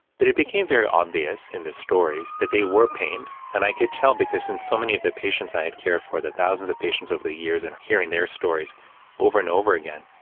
but it became very obvious in the stories that they were pained. and i could tell because in so many of the patients, i have cared for the thousands of patients over the years and hearing their stories over and over again.